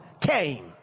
came